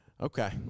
Okay